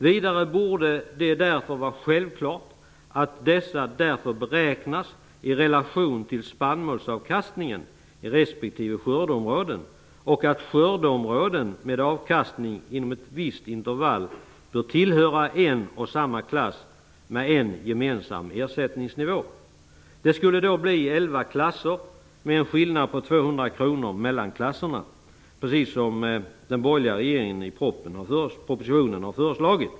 Vidare borde det därför vara självklart att dessa därför beräknas i relation till spannmålsavkastningen i respektive skördeområde och att skördeområden med avkastning inom ett visst intervall bör tillhöra en och samma klass med en gemensam ersättningsnivå. Det skulle då bli elva klasser med en skillnad på 200 kr mellan klasserna, precis som den borgerliga regeringen har föreslagit i propositionen.